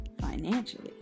Financially